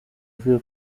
ivuye